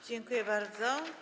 Dziękuję bardzo.